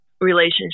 relationship